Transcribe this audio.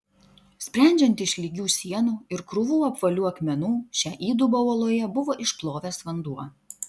sprendžiant iš lygių sienų ir krūvų apvalių akmenų šią įdubą uoloje buvo išplovęs vanduo